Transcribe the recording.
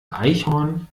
eichhorn